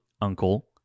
uncle